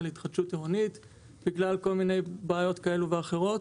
התחדשות עירונית בגלל כל מיני בעיות כאלה ואחרות.